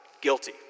Guilty